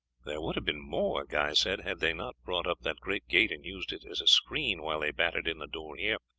there would have been more, guy said, had they not brought up that great gate and used it as a screen while they battered in the door here.